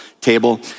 table